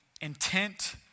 intent